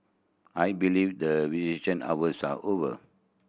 I believe the visitation hours are over